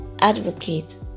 advocate